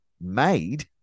made